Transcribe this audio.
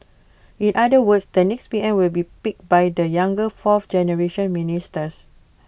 in other words the next P M will be picked by the younger fourth generation ministers